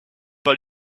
pas